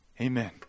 Amen